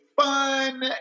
fun